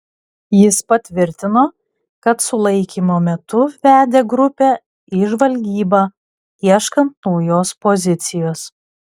jis patvirtino kad sulaikymo metu vedė grupę į žvalgybą ieškant naujos pozicijos